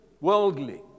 worldly